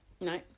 No